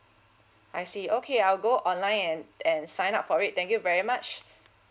I see okay I'll go online and and sign up for it thank you very much